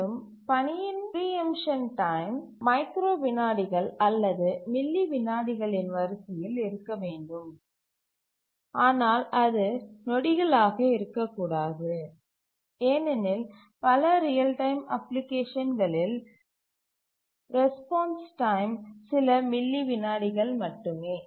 மேலும் பணியின் preemption time micro விநாடிகள் அல்லது மில்லி விநாடிகளின் வரிசையில் இருக்க வேண்டும் ஆனால் அது நொடிகளாக இருக்கக்கூடாது ஏனெனில் பல ரியல் டைம் அப்ளிகேஷன்களில் ரெஸ்பான்ஸ் டைம் சில மில்லி விநாடிகள் மட்டுமே